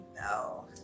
No